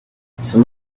some